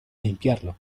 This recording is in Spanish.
limpiarlo